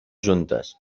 juntes